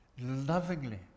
lovingly